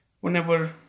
whenever